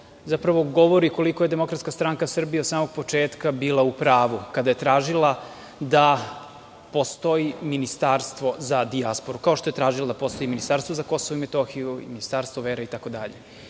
zapravo govori koliko je Demokratska stranka Srbije od samog početka bila u pravu, kada je tražila da postoji Ministarstvo za dijasporu, kao što je tražila da postoji Ministarstvo za Kosovo i Metohiju, Ministarstvo vera, itd. Ukoliko